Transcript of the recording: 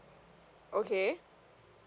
okay